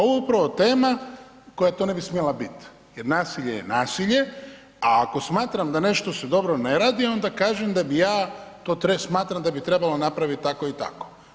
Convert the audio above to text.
Ovo je upravo tema koja to ne bi smjela biti, jer nasilje je nasilje, a ako smatram da nešto se dobro ne radi onda kažem da bi ja to smatram da bi trebalo napraviti tako i tako.